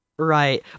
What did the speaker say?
Right